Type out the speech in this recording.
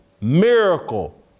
miracle